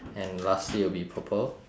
and lastly will be purple